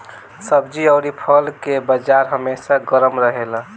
सब्जी अउरी फल के बाजार हमेशा गरम रहेला